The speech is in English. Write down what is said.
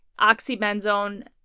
oxybenzone